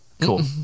Cool